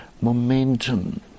momentum